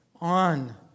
on